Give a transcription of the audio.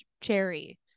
cherry